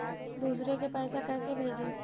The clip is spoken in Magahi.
दुसरे के पैसा कैसे भेजी?